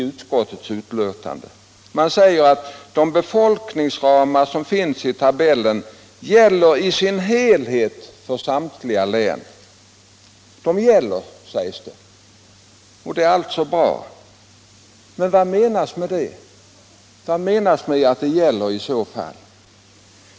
Utskottet säger att de befolkningsramar som finns i tabellen ”gäller i sin helhet för samtliga län”. Befolkningsramarna gäller, sägs det. Men vad menas med det?